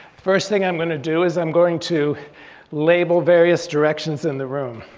first think i'm gonna do is i'm going to label various directions in the room.